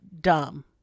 dumb